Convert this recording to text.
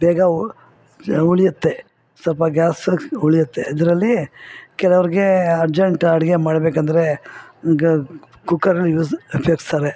ಬೇಗ ಉಳಿಯುತ್ತೆ ಸ್ವಲ್ಪ ಗ್ಯಾಸ ಉಳಿಯುತ್ತೆ ಇದರಲ್ಲಿ ಕೆಲವ್ರಿಗೆ ಅರ್ಜೆಂಟ್ ಅಡಿಗೆ ಮಾಡಬೇಕಂದ್ರೆ ಗ್ ಕುಕ್ಕರ್ನ ಯೂಸ್ ಉಪ್ಯೋಗಿಸ್ತಾರೆ